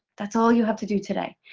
that's all you have to do today.